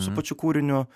su pačiu kūriniu